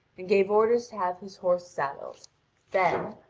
and gave orders to have his horse saddled then,